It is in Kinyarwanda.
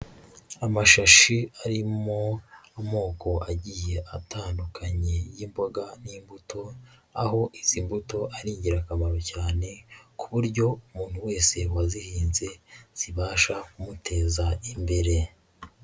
Amashashi arimo amoko agiye atandukanye y'imboga n'imbuto, aho izi mbuto ari ingirakamaro cyane, ku buryo umuntu wese wazihinze zibasha kumuteza imbere.